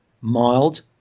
mild